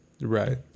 Right